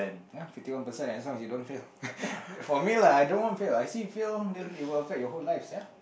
ya fifty one percent as long as you don't fail for me lah I don't want fail I see fail then it will affect your whole life sia